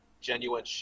genuine